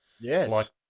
yes